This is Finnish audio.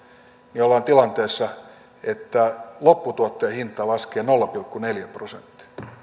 niin ollaan tilanteessa jossa lopputuotteen hinta laskee nolla pilkku neljä prosenttia